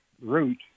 route